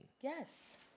Yes